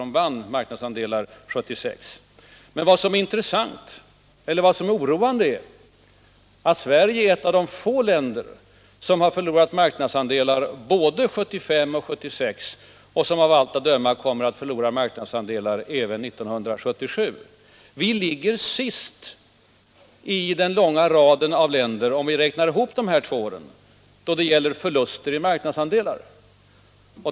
Det är inte sant — Västtyskland vann marknadsandelar 1976. Men vad som är oroande är att Sverige är ett av de få länder som har förlorat marknadsandelar både 1975 och 1976, och som av allt att döma kommer att förlora marknadsandelar även 1977. Vi ligger sist i den långa raden av länder, om vi räknar ihop dessa två år.